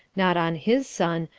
not on his son,